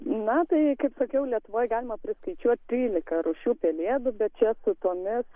na tai kaip sakiau lietuvoj galima priskaičiuot trylika rūšių pelėdų bet čia su tuomet